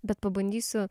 bet pabandysiu